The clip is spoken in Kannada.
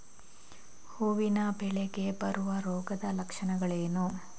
ಹೂವಿನ ಬೆಳೆಗೆ ಬರುವ ರೋಗದ ಲಕ್ಷಣಗಳೇನು?